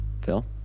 Phil